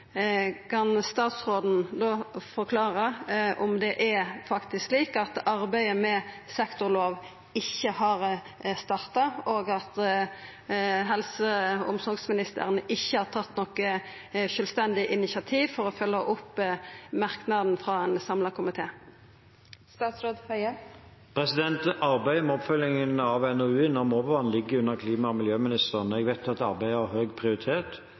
Kan statsråden forklare om det faktisk er slik at arbeidet med ei sektorlov ikkje har starta, og at helse- og omsorgsministeren ikkje har tatt noko sjølvstendig initiativ for å følgja opp merknaden frå ein samla komité? Arbeidet med oppfølgingen av NOU-en om overvann ligger under klima- og miljøministeren. Jeg vet at arbeidet har høy prioritet,